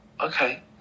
Okay